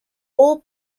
all